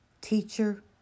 Teacher